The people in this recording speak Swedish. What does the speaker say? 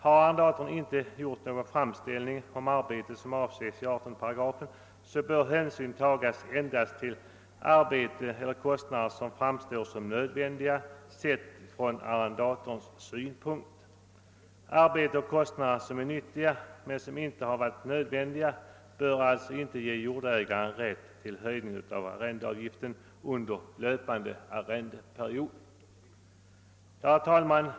Har arrendatorn inte gjort någon framställning om arbete som avses i 9 kap. 18 8, bör hänsyn tagas endast till arbete eller kostnader som framstår som nödvändiga sett från arrendatorns synpunkt. Arbete och kostnader som är nyttiga men som inte varit nödvändiga bör alltså inte ge jordägaren rätt till höjning av arrendeavgiften under löpande arrendeperiod. Herr talman!